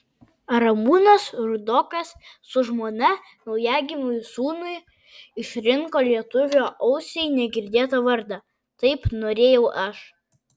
ramūnas rudokas su žmona naujagimiui sūnui išrinko lietuvio ausiai negirdėtą vardą taip norėjau aš